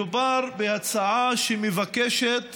מדובר בהצעה שמבקשת